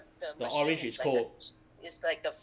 the orange is cold